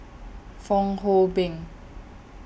Fong Hoe Beng